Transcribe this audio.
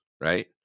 right